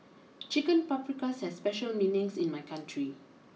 Chicken Paprikas has special meanings in my country